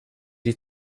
die